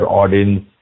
audience